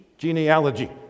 genealogy